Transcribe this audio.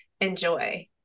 enjoy